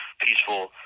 peaceful